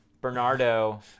Bernardo